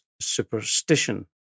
Superstition